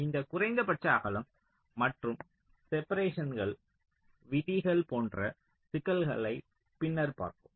இந்த குறைந்தபட்ச அகலம் மற்றும் செப்பரேஷன்கள் விதிகள் போன்ற சிக்கல்களை பின்னர் பார்ப்போம்